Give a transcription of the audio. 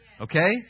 Okay